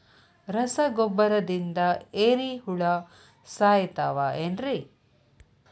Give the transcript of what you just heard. ರಸಗೊಬ್ಬರದಿಂದ ಏರಿಹುಳ ಸಾಯತಾವ್ ಏನ್ರಿ?